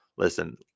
Listen